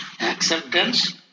acceptance